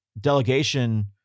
delegation